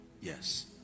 yes